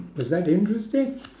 was that interesting